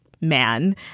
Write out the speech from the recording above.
man